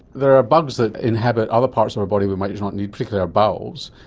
there are bugs that inhabit other parts of our body we might not need particularly our bowels.